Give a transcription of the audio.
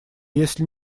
если